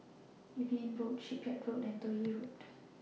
Evelyn Road Shipyard Road and Toh Yi Road